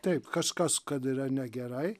taip kažkas kad yra negerai